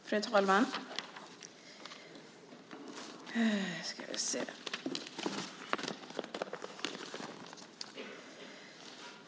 Fru talman!